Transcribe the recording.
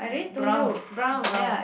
brown brown